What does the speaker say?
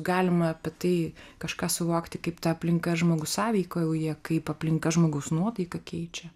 galima apie tai kažką suvokti kaip ta aplinka žmogus sąveikauja kaip aplinka žmogaus nuotaiką keičia